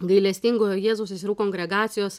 gailestingojo jėzaus seserų kongregacijos